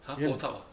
!huh! bo chap ah